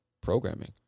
programming